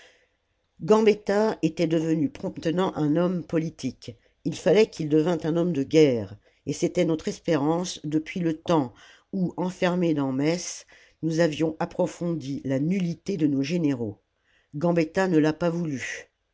gambetta était devenu promptement un homme politique il fallait qu'il devînt un homme de guerre et s'était notre espérance depuis le temps où enfermés dans metz nous avions approfondi la nullité de nos généraux gambetta ne l'a pas voulu